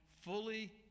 fully